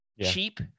cheap